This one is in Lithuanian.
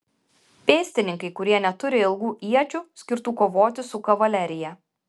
pėstininkai kurie neturi ilgų iečių skirtų kovoti su kavalerija